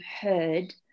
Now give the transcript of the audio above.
heard